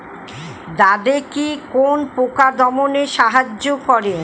দাদেকি কোন পোকা দমনে সাহায্য করে?